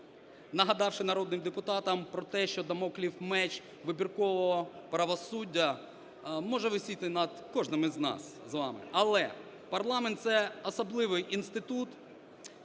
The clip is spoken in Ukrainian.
нагадавши народним депутатам про те, що дамоклів меч вибіркового правосуддя може висіти над кожним із нас з вами. Але парламент – це особливий інститут,